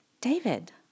David